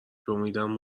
امیدم